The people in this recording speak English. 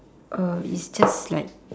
uh it's just like